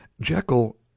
Jekyll